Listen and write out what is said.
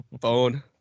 phone